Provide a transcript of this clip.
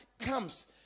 comes